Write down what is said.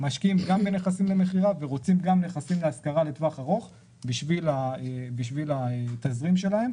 משקיעים בנכסים למכירה ובנכסים להשכרה לטווח ארוך בשביל התזרים שלהם,